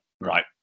right